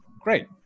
great